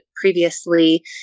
previously